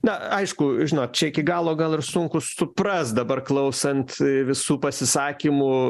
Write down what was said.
na aišku žinot čia iki galo gal ir sunku suprast dabar klausant visų pasisakymų